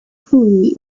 cooley